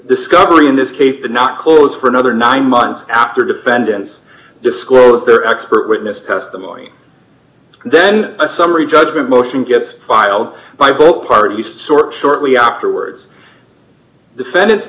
discovery in this case the not close for another nine months after defendants disclose their expert witness testimony and then a summary judgment motion gets filed by both parties to sort short we operate words defendants